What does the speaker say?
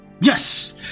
Yes